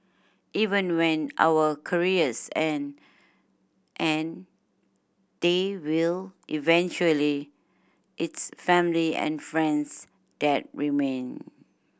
even when our careers end and they will eventually it's family and friends that remain